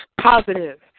Positive